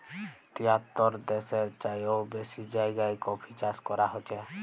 তিয়াত্তর দ্যাশের চাইয়েও বেশি জায়গায় কফি চাষ ক্যরা হছে